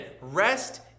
rest